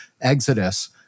Exodus